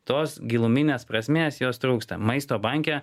tos giluminės prasmės jos trūksta maisto banke